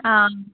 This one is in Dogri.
हां